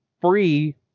free